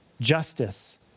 justice